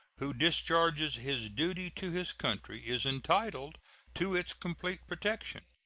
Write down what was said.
who discharges his duty to his country, is entitled to its complete protection.